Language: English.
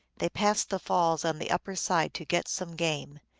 they passed the falls on the upper side to get some game.